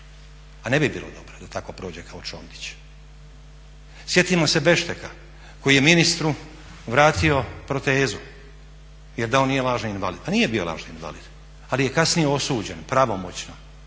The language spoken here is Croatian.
a ne bi bilo dobro da tako prođe kao Čondić. Sjetimo se Bešteka koji je ministru vratio protezu jer da on nije lažni invalid. Pa nije bio lažni invalid, ali je kasnije osuđen pravomoćno